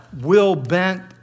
will-bent